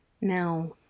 Now